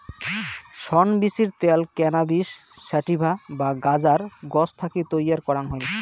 শন বীচির ত্যাল cannabis sativa বা গাঁজার গছ থাকি তৈয়ার করাং হই